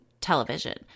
television